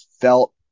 felt